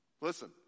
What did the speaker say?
Listen